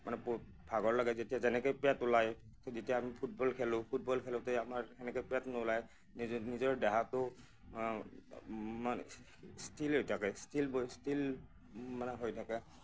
মানে ব ভাগৰ লাগে যেতিয়া যেনেকৈ পেট ওলাই তো তেতিয়া আমি ফুটবল খেলোঁ ফুটবল খেলোঁতে আমাৰ সেনেকৈ পেট নোলাই নিজে নিজৰ দেহাটো মানে স্থিল হৈ থাকে স্থিল স্থিল মানে হৈ থাকে